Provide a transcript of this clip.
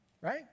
right